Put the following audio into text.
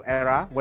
era